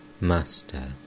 Master